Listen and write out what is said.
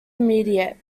immediate